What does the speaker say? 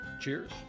cheers